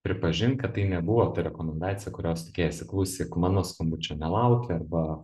pripažink kad tai nebuvo ta rekomendacija kurios tikėjaisi klausyk mano skambučio nelaukė arba